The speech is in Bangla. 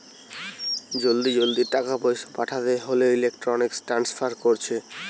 জলদি জলদি টাকা পয়সা পাঠাতে হোলে ইলেক্ট্রনিক ট্রান্সফার কোরছে